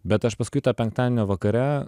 bet aš paskui tą penktadienio vakare